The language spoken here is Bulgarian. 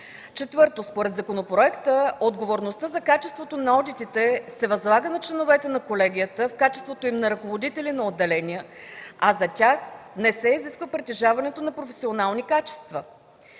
Четвърто, според законопроекта отговорността за качеството на одитите се възлага на членовете на колегията в качеството им на ръководители на отделение, а за тях не се изисква притежаването на професионални качества.